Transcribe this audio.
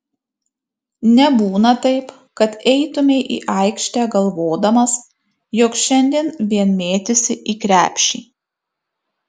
nebūna taip kad eitumei į aikštę galvodamas jog šiandien vien mėtysi į krepšį